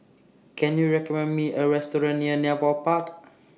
Can YOU recommend Me A Restaurant near Nepal Park